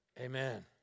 Amen